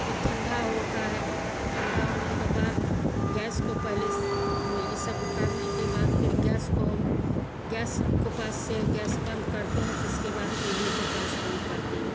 फिर ठण्डा होता है ठण्डा होने के बाद गैस को पहले यह सब उतारने के बाद फिर गैस को हम गैस को पास से गैस बन्द करते हैं तो इसके बाद चूल्हे को पास बन्द करते हैं